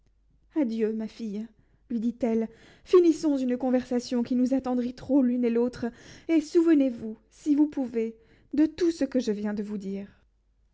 adieu ma fille lui dit-elle finissons une conversation qui nous attendrit trop l'une et l'autre et souvenez-vous si vous pouvez de tout ce que je viens de vous dire